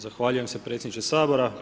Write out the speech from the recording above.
Zahvaljujem se predsjedniče Sabora.